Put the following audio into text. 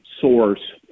source